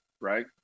right